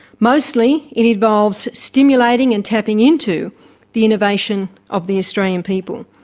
mostly it involves stimulating and tapping into the innovation of the australian people.